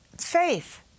faith